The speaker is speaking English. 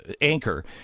anchor